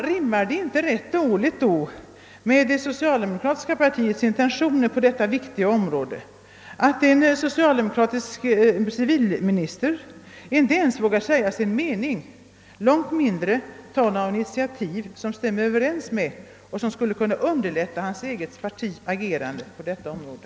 Rimmar det inte rätt dåligt med det socialdemokratiska partiets intentioner på detta område att en socialdemokratisk civilminister inte ens vågar säga sin mening, långt mindre ta några initiativ som stämmer överens med och som skulle kunna underlätta hans eget partis agerande i denna fråga?